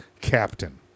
captain